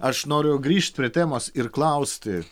aš noriu grįžt prie temos ir klausti